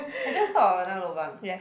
I just thought of another lobang